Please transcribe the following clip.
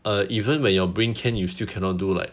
eh even when your brain can you still cannot do like